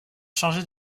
changé